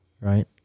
right